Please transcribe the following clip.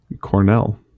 Cornell